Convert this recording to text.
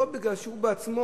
לא בגלל שהוא בעצמו,